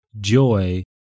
joy